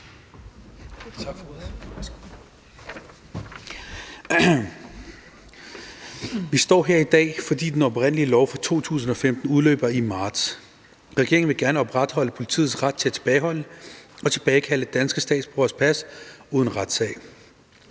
Vi står her i dag, fordi den oprindelige lov fra 2015 udløber i marts. Regeringen vil gerne opretholde politiets ret til at tilbageholde og tilbagekalde danske statsborgeres pas uden retssag.